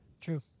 True